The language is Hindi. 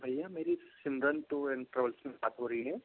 भैया मेरी सिमरन टूर एंड ट्रेवल से बात हो रही है